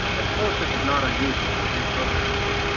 i suppose this is not unusual for new programmers.